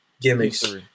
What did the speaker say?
gimmicks